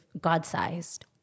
God-sized